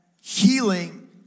healing